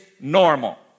normal